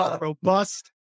robust